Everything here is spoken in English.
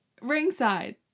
ringside